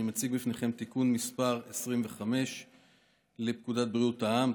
אני מציג בפניכם את תיקון מס' 25 לפקודת בריאות העם.